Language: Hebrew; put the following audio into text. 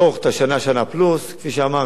בעוד חצי שנה,